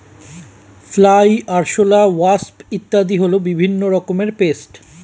fly, আরশোলা, wasp ইত্যাদি হল বিভিন্ন রকমের পেস্ট